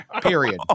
period